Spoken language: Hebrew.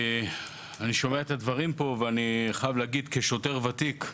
אני שומע את הדברים פה ואני חייב להגיד כשוטר ותיק,